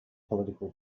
political